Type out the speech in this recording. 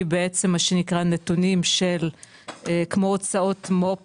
בעצם מה שנקרא נתונים של כמו הוצאות מו"פ